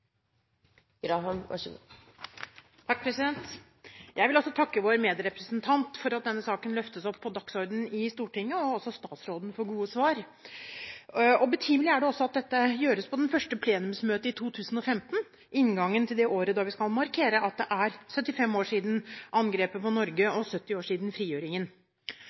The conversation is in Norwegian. statsråden for gode svar. Betimelig er det også at dette gjøres på det første plenumsmøtet i 2015, ved inngangen til det året da vi skal markere at det er 75 år siden angrepet på Norge og 70 år siden frigjøringen.